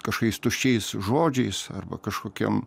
kažkokiais tuščiais žodžiais arba kažkokiom